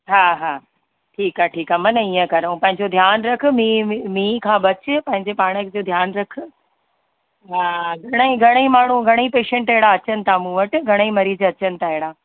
हा हा ठीकु आहे ठीकु आहे मन इअं कर ऐं पंहिंजो ध्यानु रख मींहु ॿींहु मींहु खां बचि पंहिंजो पाण जो ध्यानु रख हा घणा ई घणे ई माण्हू घणे ई पेशियंट अहिड़ा अचनि था मूं वटि घणा ई मरीज़ अचनि था अहिड़ा